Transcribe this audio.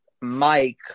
mike